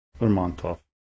Lermontov